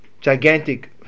gigantic